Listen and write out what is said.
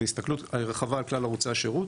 בהסתכלות רחבה על כלל ערוצי השירות.